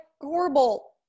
horrible